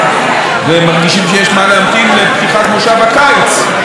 להמתין לפתיחת מושב הקיץ בעוד כחצי שנה.